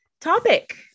topic